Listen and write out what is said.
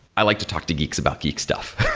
i like to talk to geeks about geek stuff.